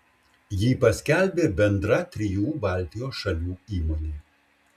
jį paskelbė bendra trijų baltijos šalių įmonė